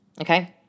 Okay